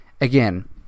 again